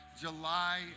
July